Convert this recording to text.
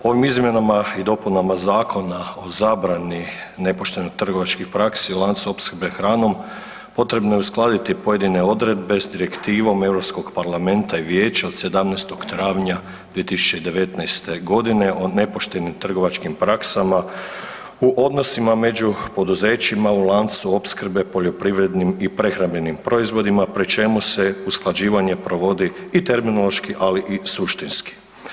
Ovim izmjenama i dopuna Zakona o zabrani nepoštenih trgovačkih praksi u lancu opskrbe hranom potrebno je uskladiti pojedine odredbe te s direktivom Europskog parlamenta i Vijeća od 17. travnja 2019. godine o nepoštenim trgovačkim praksama u odnosima među poduzećima u lancu opskrbe poljoprivrednim i prehrambenih proizvodima pri čemu se usklađivanje provodi i terminološki ali i suštinski.